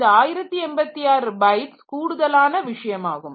இந்த 1086 பைட்ஸ் கூடுதலான விஷயமாகும்